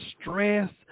stress